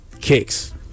kicks